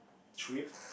trip